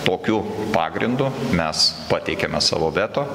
tokiu pagrindu mes pateikiame savo veto